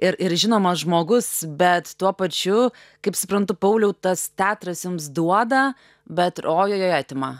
ir ir žinomas žmogus bet tuo pačiu kaip suprantu pauliau tas teatras jums duoda bet ir ojojoj atima